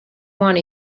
want